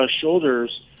shoulders